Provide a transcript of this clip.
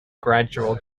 gradual